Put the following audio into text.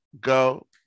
go